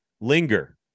linger